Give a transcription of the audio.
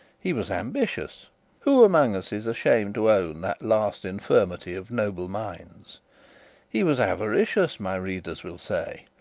he was ambitious who among us is ashamed to own that last infirmity of noble minds he was avaricious, my readers will say.